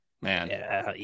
Man